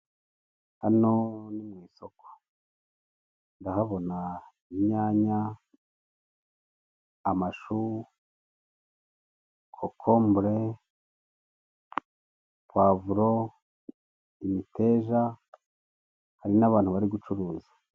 Hano ni mu isoko, ndahabona imyanya, amashumu, kokombure, povure, imiteja hari n'abantu bari gucuruza.